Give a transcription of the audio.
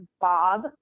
Bob